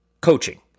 coaching